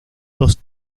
dos